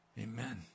Amen